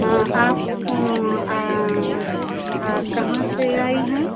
हाँ आप कहाँ से आई हैं